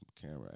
camera